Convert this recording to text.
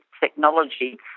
technology